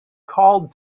called